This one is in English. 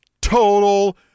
Total